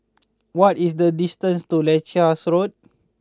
what is the distance to Leuchars Road